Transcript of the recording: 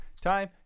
time